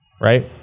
right